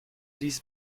ließ